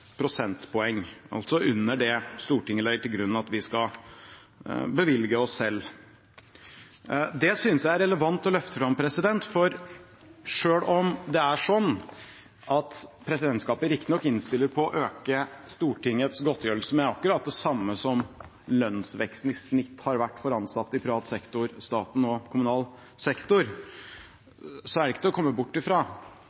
altså under det Stortinget legger til grunn at vi skal bevilge oss selv. Det synes jeg det er relevant å løfte fram, for selv om det er sånn at presidentskapet riktignok innstiller på å øke Stortingets godtgjørelse med akkurat det samme som lønnsveksten i snitt har vært for ansatte i privat sektor, i staten og i kommunal sektor,